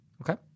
Okay